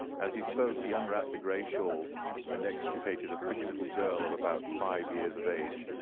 as he spoke he unwrapped the grey shawl and extricated a pretty little girl of about five years of age,